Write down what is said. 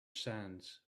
sands